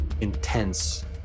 Intense